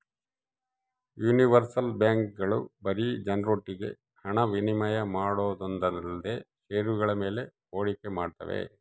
universal ಬ್ಯಾಂಕ್ಗಳು ಬರೀ ಜನರೊಟ್ಟಿಗೆ ಹಣ ವಿನಿಮಯ ಮಾಡೋದೊಂದೇಲ್ದೆ ಷೇರುಗಳ ಮೇಲೆ ಹೂಡಿಕೆ ಮಾಡ್ತಾವೆ